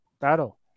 battle